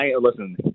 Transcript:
Listen